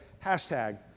hashtag